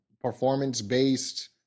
performance-based